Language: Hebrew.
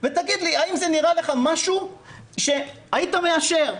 ותגיד לי האם זה נראה לך משהו שהיית מאשר?